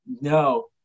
No